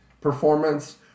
performance